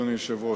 אדוני היושב-ראש,